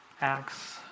acts